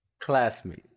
Classmate